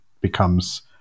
becomes